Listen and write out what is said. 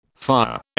Fire